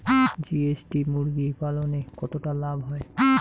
GST মুরগি পালনে কতটা লাভ হয়?